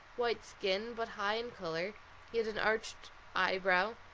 white skin but high in colour he had an arched eyebrow,